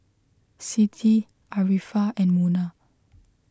Siti Arifa and Munah